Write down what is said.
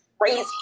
crazy